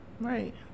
Right